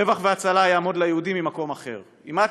רוח והצלה יעמוד ליהודים ממקום אחר" אם את